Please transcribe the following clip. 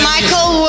Michael